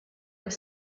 have